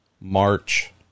March